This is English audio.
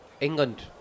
England